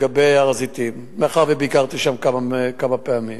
לגבי הר-הזיתים, ביקרתי שם כמה פעמים,